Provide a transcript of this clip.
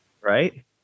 Right